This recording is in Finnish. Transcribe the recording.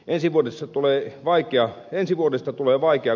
ensi vuodesta tulee vaikea kuntataloudelle